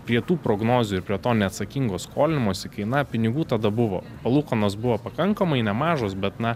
prie tų prognozių ir prie to neatsakingo skolinimosi kai na pinigų tada buvo palūkanos buvo pakankamai nemažos bet na